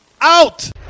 Out